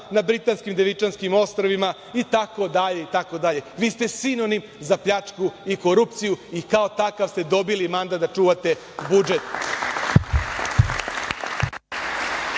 na Devičanskim ostrvima, itd. Vi ste sinonim za pljačku i korupciju i kao takav ste dobili mandat da čuvate budžet.